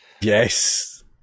Yes